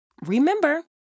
Remember